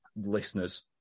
listeners